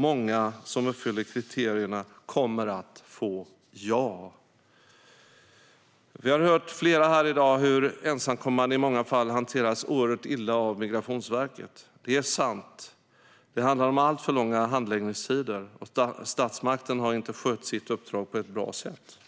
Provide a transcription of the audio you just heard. Många, som uppfyller kriterierna, kommer att få ja. Vi har hört från flera här i dag hur ensamkommande i många fall har hanterats oerhört illa av Migrationsverket. Det är sant. Det handlar om alltför långa handläggningstider. Statsmakten har inte skött sitt uppdrag på ett bra sätt.